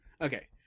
Okay